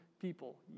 people